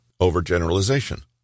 Overgeneralization